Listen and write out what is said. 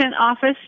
office